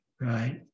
right